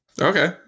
Okay